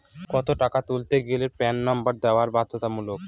কত টাকা তুলতে গেলে প্যান নম্বর দেওয়া বাধ্যতামূলক?